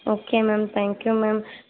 okay ma'am thank you ma'am